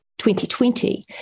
2020